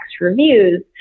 reviews